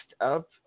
up